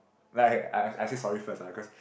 like like I I say sorry first ah because